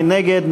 מי נגד?